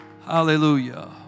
Hallelujah